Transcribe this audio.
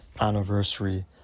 anniversary